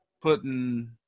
Putting